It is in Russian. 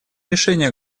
решение